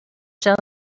shell